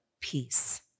peace